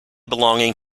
belonging